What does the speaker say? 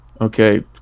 Okay